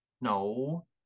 No